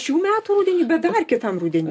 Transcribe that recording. šių metų rudenį bet dar kitam rudeniui